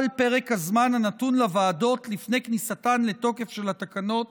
פרק הזמן הנתון לוועדות לפני כניסתן לתוקף של התקנות